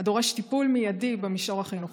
הדורש טיפול מיידי במישור החינוכי.